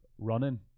running